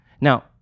Now